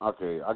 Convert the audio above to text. Okay